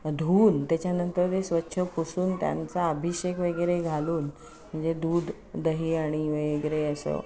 धुवून त्याच्यानंतर ते स्वच्छ पुसून त्यांचा अभिषेक वगैरे घालून म्हणजे दूध दही आणि वगैरे असं